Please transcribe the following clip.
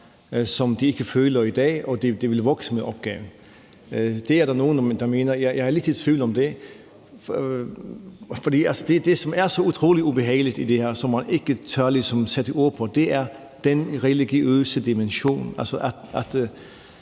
som de ikke føler i dag, og at de vil vokse med opgaven. Det er der nogle der mener. Jeg er lidt i tvivl om det. Det, som er så utrolig ubehageligt i det her, og som man ligesom ikke tør sætte ord på, er den religiøse dimension.